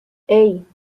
hey